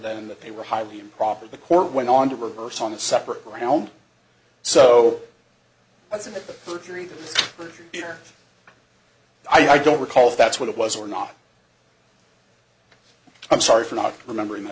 than that they were highly improper the court went on to reverse on a separate ground so i think the jury i don't recall if that's what it was or not i'm sorry for not remembering the